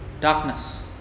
darkness